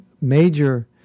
major